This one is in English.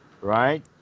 right